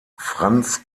franz